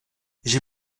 j’ai